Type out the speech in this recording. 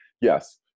yes